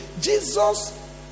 Jesus